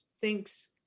thinks